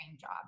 job